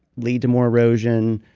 lead to more erosion,